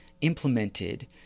implemented